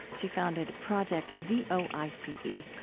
she founded project v o i c e,